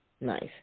Nice